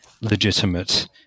legitimate